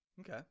Okay